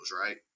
right